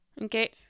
Okay